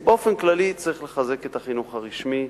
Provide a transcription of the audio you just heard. באופן כללי צריך לחזק את הכיוון הרשמי,